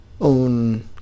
own